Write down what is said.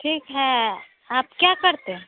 ठीक है आप क्या करते हैं